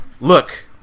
Look